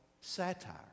satire